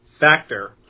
factor